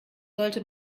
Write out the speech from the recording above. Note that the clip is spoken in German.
sollte